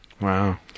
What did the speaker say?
Wow